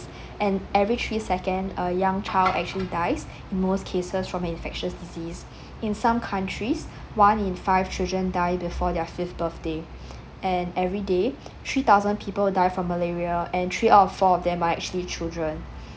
and every three second a young child actually dies in most cases from infectious disease in some countries one in five children die before their fifth birthday and everyday three thousand people die from malaria and three out of four of them are actually children